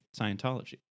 Scientology